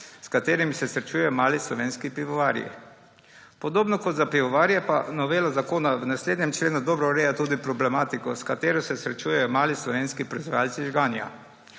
s katerimi se srečujejo mali slovenski pivovarji. Podobno kot za pivovarje pa novela zakona v naslednjem členu dobro ureja tudi problematiko, s katero se srečujejo mali slovenski proizvajalci žganja.